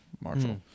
Marshall